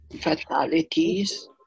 fatalities